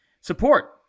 support